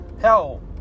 hell